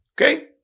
Okay